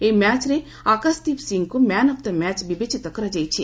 ଏହି ମ୍ୟାଚ୍ରେ ଆକାଶଦୀପ ସିଂଙ୍କୁ ମ୍ୟାନ୍ ଅଫ୍ ଦି ମ୍ୟାଚ୍ ବିବେଚିତ କରାଯାଇଛି